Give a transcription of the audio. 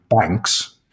banks